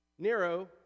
Nero